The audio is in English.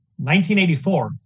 1984